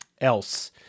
else